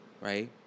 right